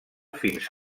fins